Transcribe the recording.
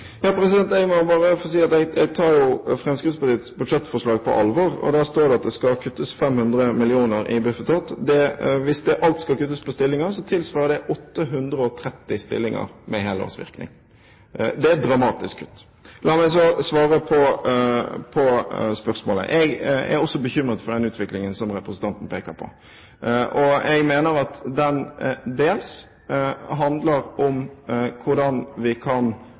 Jeg må bare få si at jeg tar Fremskrittspartiets budsjettforslag på alvor. Der står det at det skal kuttes 500 mill. kr i Bufetat. Hvis alt skal kuttes på stillinger, tilsvarer det 830 stillinger – med helårsvirkning. Det er et dramatisk kutt! La meg så svare på spørsmålet. Jeg er også bekymret for den utviklingen som representanten peker på. Jeg mener at det dels handler om hvordan vi kan